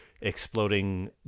exploding